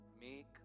Meek